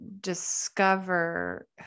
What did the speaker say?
discover